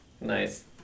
Nice